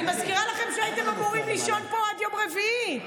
אני מזכירה לכם שהייתם אמורים לישון פה עד יום רביעי.